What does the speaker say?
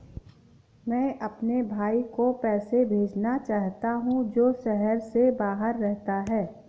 मैं अपने भाई को पैसे भेजना चाहता हूँ जो शहर से बाहर रहता है